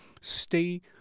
Stay